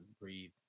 breathe